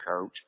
coach